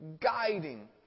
guiding